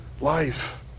life